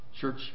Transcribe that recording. church